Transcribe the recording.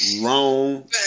wrong